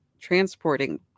transporting